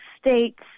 states